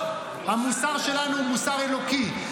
לא --- המוסר שלנו הוא מוסר אלוקי.